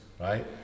right